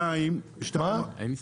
אין הסכמים.